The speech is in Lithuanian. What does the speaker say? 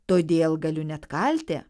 todėl galiu net kalti